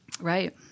right